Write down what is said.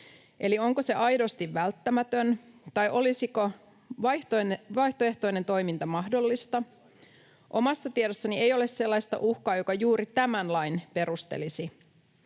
eli onko se aidosti välttämätön tai olisiko vaihtoehtoinen toiminta mahdollista. Omassa tiedossani ei ole sellaista uhkaa, joka juuri tämän lain perustelisi.